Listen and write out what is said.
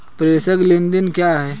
प्रेषण लेनदेन क्या है?